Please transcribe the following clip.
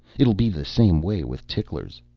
it'll be the same way with ticklers.